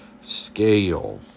scale